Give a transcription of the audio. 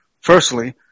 Firstly